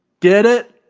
get it?